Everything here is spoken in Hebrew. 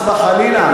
חס וחלילה,